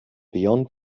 beyond